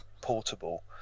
portable